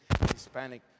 Hispanic